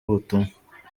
ubutumwa